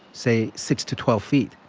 say six to twelve feet.